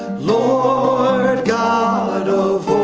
lord god of